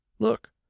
look